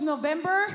November